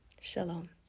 shalom